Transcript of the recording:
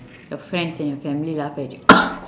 your friends and your family laughed at you